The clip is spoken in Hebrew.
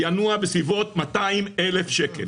ינוע בסביבות 200,000 שקל,